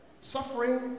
Suffering